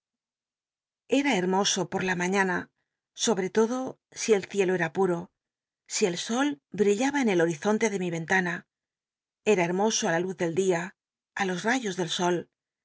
era hermoso pot la mañana sobre todo si el ciclo era puto el sol brillaba en el horizonte de mi renta na era hcnno o á la luz del día i los tayos del sol